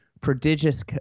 prodigious—